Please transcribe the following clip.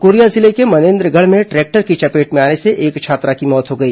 Korea जिले के मनेन्द्रगढ़ में ट्रैक्टर की चपेट में आने से एक छात्रा की मौत हो गई